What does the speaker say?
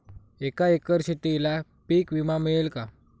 एका एकर शेतीला पीक विमा मिळेल का?